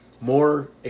more